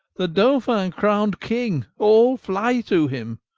the dolphin crown'd king? all flye to him?